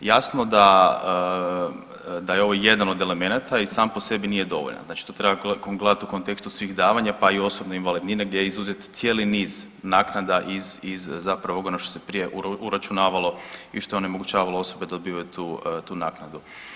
Jasno da je ovo jedan od elemenata i sam po sebi nije dovoljan, znači to treba gledati u kontekstu svih davanja pa i osobne invalidnine gdje je izuzet cijeli niz naknada iz onoga što se prije uračunavalo i što je onemogućavalo osobe da dobivaju tu naknadu.